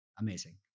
Amazing